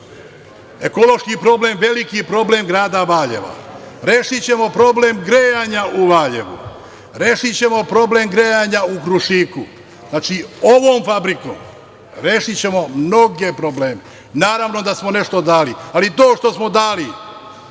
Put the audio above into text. Ekološki problem je veliki problem grada Valjeva. Rešićemo problem grejanja u Valjevu, rešićemo problem grejanja u Krušiku. Znači, ovom fabrikom rešićemo mnoge probleme. Naravno da smo nešto dali, ali to što smo dali